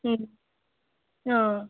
ఆ